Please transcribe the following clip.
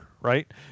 right